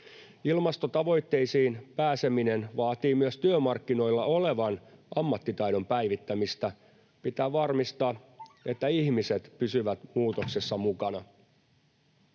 Ilmastotavoitteisiin pääseminen vaatii myös työmarkkinoilla olevien ammattitaidon päivittämistä. Pitää varmistaa, että ihmiset pysyvät muutoksessa mukana.